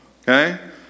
okay